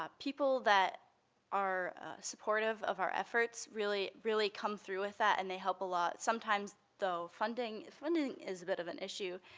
people that are supportive of our efforts really, really come through with that, and they help a lot, sometimes, though, funding funding is a bit of an issue.